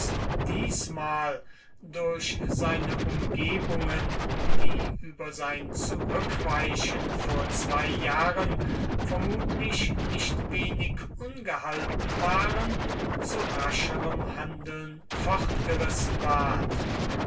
diesmal durch seine umgebungen die über sein zurückweichen vor zwei jahren vermutlich nicht wenig ungehalten waren zu rascherem handeln fortgerissen ward